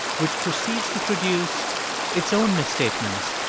which precedes to produce its own misstatements,